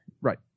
Right